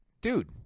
dude